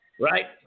Right